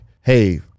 hey